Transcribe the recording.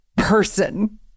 person